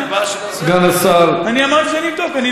אינני